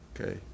Okay